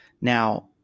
Now